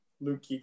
Luke